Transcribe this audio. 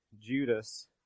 Judas